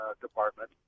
Department